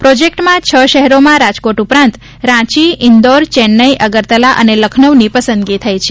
પ્રોજેક્ટમાં છ શહેરોમાં રાજકોટ ઉપરાંત રાંચી ઇન્દોર ચેન્નઈ અગરતાલા લખનઊની પસંદગી થઇ છે